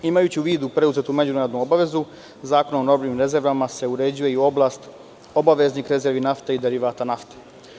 Imajući u vidu preuzetu međunarodnu obavezu, Zakonom o robnim rezervama se uređuje i oblast obaveznih rezervi nafte i derivata nafte.